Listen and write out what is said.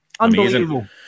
Unbelievable